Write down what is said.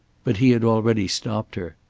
but he had already stopped her.